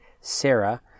Sarah